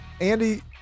Andy